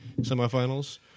semifinals